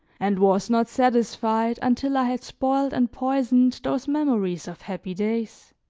and was not satisfied until i had spoiled and poisoned those memories of happy days.